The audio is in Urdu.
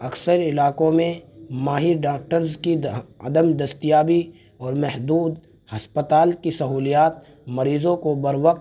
اکثر علاقوں میں ماہر ڈاکٹرز کی دا عدم دستیابی اور محدود ہسپتال کی سہولیات مریضوں کو بروقت